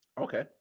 Okay